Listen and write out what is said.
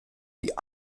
die